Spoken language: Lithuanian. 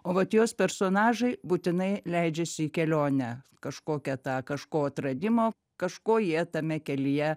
o vat jos personažai būtinai leidžiasi į kelionę kažkokią tą kažko atradimo kažko jie tame kelyje